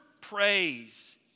praise